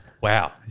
wow